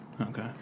Okay